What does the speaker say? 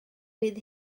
fydd